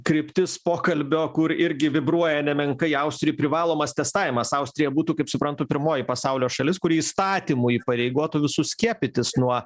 kryptis pokalbio kur irgi vibruoja nemenkai austrijoj privalomas testavimas austrija būtų kaip suprantu pirmoji pasaulio šalis kuri įstatymu įpareigotų visus skiepytis nuo